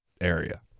area